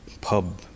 pub